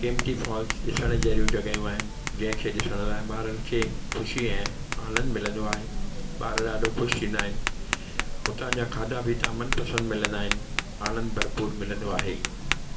Kempty falls ॾिसण जहिड़ियूं जॻहियूं आहिनि जंहिंखे ॾिसण लाइ ॿारनि खे ख़ुशी ऐं आनंदु मिलंदो आहे ॿार ॾाढो ख़ुशि थींदा आहिनि उतां जा खाधा पीता मनपसंदि मिलंदा आहिनि आनंदु भरपूर मिलंदो आहे